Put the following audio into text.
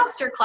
masterclass